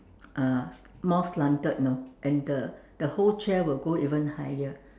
uh more slanted you know and the the whole chair will go even higher